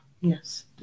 Yes